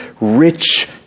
rich